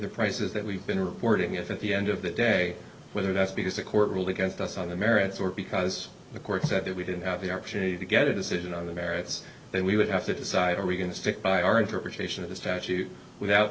the prices that we've been reporting it at the end of the day whether that's because the court ruled against us on the merits or because the court said that we didn't have the opportunity to get a decision on the merits then we would have to decide are we going to stick by our interpretation of the statute without